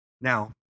Now